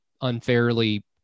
unfairly